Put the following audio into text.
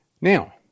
Now